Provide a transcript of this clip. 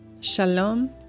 Shalom